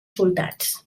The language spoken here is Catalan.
soldats